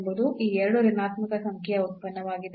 ಎಂಬುದು ಈ ಎರಡು ಋಣಾತ್ಮಕ ಸಂಖ್ಯೆಯ ಉತ್ಪನ್ನವಾಗಿದೆ